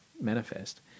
manifest